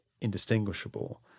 indistinguishable